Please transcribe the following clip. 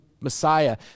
Messiah